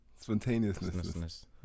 Spontaneousness